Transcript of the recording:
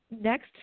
next